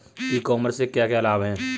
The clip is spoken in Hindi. ई कॉमर्स से क्या क्या लाभ हैं?